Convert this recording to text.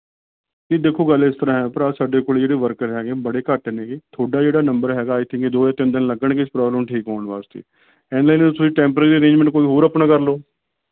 ਤੁਸੀਂ ਦੇਖੋ ਗੱਲ ਇਸ ਤਰ੍ਹਾਂ ਭਰਾ ਸਾਡੇ ਕੋਲੇ ਜਿਹੜੇ ਵਰਕਰ ਹੈਗੇ ਬੜੇ ਘੱਟ ਨੇ ਤੁਹਾਡਾ ਜਿਹੜਾ ਨੰਬਰ ਹੈਗਾ ਆਈ ਥਿੰਕ ਦੋ ਜਾਂ ਤਿੰਨ ਦਿਨ ਲੱਗਣਗੇ ਪ੍ਰੋਬਲਮ ਠੀਕ ਹੋਣ ਵਾਸਤੇ ਐਨੇ ਨੂੰ ਤੁਸੀਂ ਟੈਂਪਰੇਰੀ ਅਰੇਂਜਮੈਂਟ ਕੋਈ ਹੋਰ ਆਪਣਾ ਕਰ ਲਉ